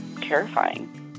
terrifying